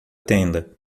tenda